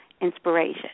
inspiration